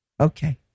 Okay